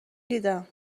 دیدم